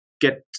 get